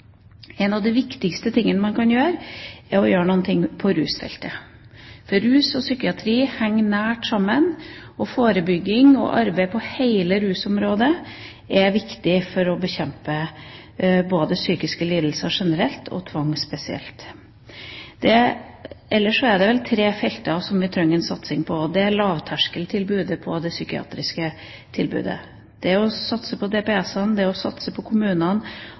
En av de viktigste tingene man kan gjøre, er å gjøre noe på rusfeltet, for rus og psykiatri henger nært sammen. Forebygging og arbeid på hele rusområdet er viktig for å bekjempe psykiske lidelser generelt og tvang spesielt. Ellers er det vel tre felter som vi trenger en satsing på av lavterskeltilbud innen det psykiatriske tilbudet. Det er å satse på DPS-ene, det er å satse på kommunene,